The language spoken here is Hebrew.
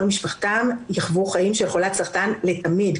משפחתם יחוו חיים של חולת סרטן לתמיד,